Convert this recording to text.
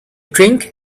drink